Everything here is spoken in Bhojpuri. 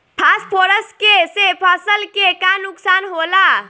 फास्फोरस के से फसल के का नुकसान होला?